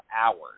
hours